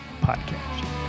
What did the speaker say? podcast